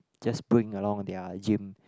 just bring along their gym